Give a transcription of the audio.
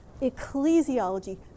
ecclesiology